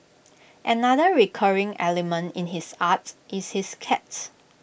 another recurring element in his arts is his cat